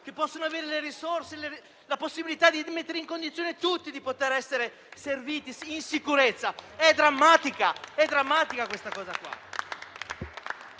che possono avere le risorse e la possibilità di mettere in condizione tutti di poter essere serviti in sicurezza. È drammatica questa cosa.